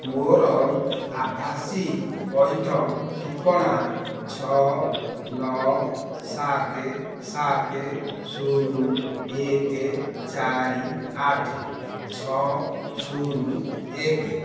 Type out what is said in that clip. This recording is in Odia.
ମୋର ଆଭସୀ ପଇଠ ଠିକଣା ଛଅ ନଅ ସାତ ସାତ ଶୂନ ଏକ ଚାରି ଆଠ ଛଅ ଶୂନ ଏକ